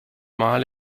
mal